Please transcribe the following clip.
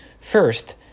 First